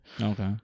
Okay